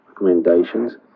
recommendations